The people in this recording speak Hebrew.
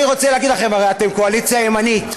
אני רוצה להגיד לכם, הרי אתם קואליציה ימנית: